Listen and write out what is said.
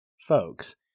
folks